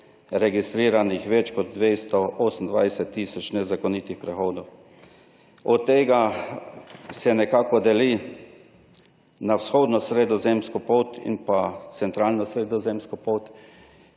registriranih več kot 228 tisoč nezakonitih prehodov, od tega se nekako deli na vzhodno sredozemsko pot in pa centralno sredozemsko pot,